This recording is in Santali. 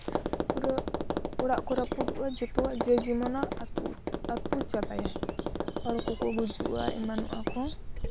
ᱯᱩᱨᱟᱹ ᱚᱲᱟᱜ ᱠᱚ ᱨᱟᱹᱯᱩᱫᱚᱜᱼᱟ ᱡᱮ ᱡᱮᱢᱚᱱᱟᱜ ᱟᱹᱛᱩ ᱪᱟᱵᱟᱭᱟᱭ ᱦᱚᱲ ᱠᱚᱠᱚ ᱜᱩᱡᱩᱜᱼᱟ ᱮᱢᱟᱱᱚᱜᱼᱟ ᱠᱚ